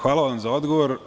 Hvala vam za odgovor.